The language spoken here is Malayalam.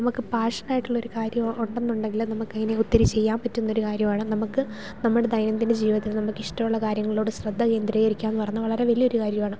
നമുക്ക് പാഷൻ ആയിട്ടുള്ള ഒരു കാര്യം ഉണ്ടെന്നുണ്ടെങ്കിൽ നമുക്ക് അതിനെ ഒത്തിരി ചെയ്യാൻ പറ്റുന്ന ഒരു കാര്യമാണ് നമുക്ക് നമ്മുടെ ദൈനംദിന ജീവിതത്തിൽ നമുക്ക് ഇഷ്ടമുള്ള കാര്യങ്ങളോട് ശ്രദ്ധ കേന്ദ്രീകരിക്കുക എന്നു പറയുന്നത് വളരെ വലിയ ഒരു കാര്യമാണ്